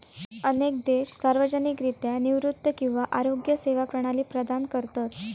अनेक देश सार्वजनिकरित्या निवृत्ती किंवा आरोग्य सेवा प्रणाली प्रदान करतत